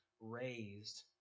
raised